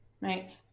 right